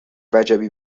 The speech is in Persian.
وجبی